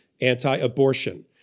anti-abortion